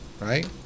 right